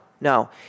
no